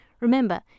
Remember